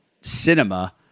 cinema